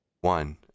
one